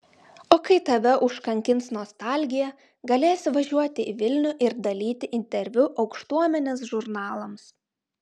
o kai tave užkankins nostalgija galėsi važiuoti į vilnių ir dalyti interviu aukštuomenės žurnalams